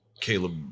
Caleb